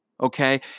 Okay